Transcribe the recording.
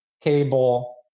cable